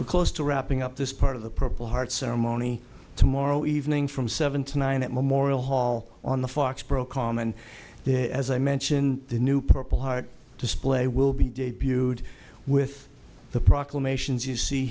we're close to wrapping up this part of the purple heart ceremony tomorrow evening from seven to nine at memorial hall on the foxboro common there as i mentioned the new purple heart display will be debuted with the proclamations you see